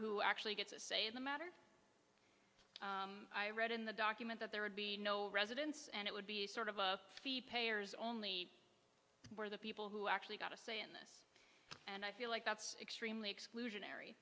who actually gets a say in the matter i read in the document that there would be no residence and it would be sort of a fee payers only for the people who actually got a say in this and i feel like that's extremely exclusionary